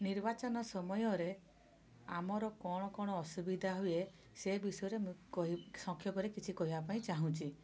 ନିର୍ବାଚନ ସମୟରେ ଆମର କ'ଣ କ'ଣ ଅସୁବିଧା ହୁଏ ସେ ବିଷୟରେ ମୁଁ କହି ସଂକ୍ଷେପରେ କିଛି କହିବାପାଇଁ ଚାହୁଁଛି